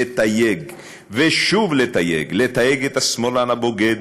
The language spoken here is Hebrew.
לתייג ושוב לתייג: לתייג את השמאלן הבוגד,